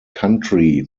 country